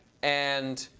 and